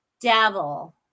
Dabble